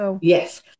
Yes